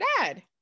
dad